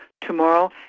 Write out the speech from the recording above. tomorrow